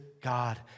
God